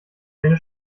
deine